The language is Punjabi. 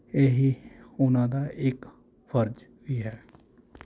ਇਹੀ ਉਹਨਾਂ ਦਾ ਇੱਕ ਫ਼ਰਜ਼ ਵੀ ਹੈ